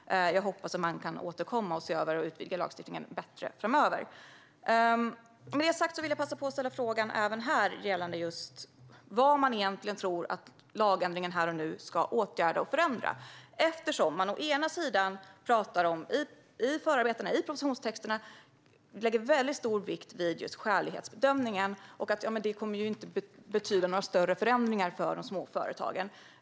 Jag hoppas att man framöver återkommer för att se över, utvidga och förbättra lagstiftningen. Med det sagt vill jag passa på att även till Fredrik Malm ställa frågan vad man egentligen tror att lagändringen kommer att åtgärda och förändra. I förarbetena och propositionstexterna lägger man väldigt stor vikt vid skälighetsbedömningen och att det här inte kommer att betyda några större förändringar för de små företagen.